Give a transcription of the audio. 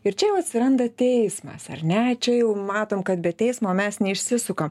ir čia jau atsiranda teismas ar ne čia jau matom kad be teismo mes neišsisuka